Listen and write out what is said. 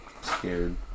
scared